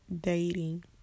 dating